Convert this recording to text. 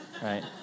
Right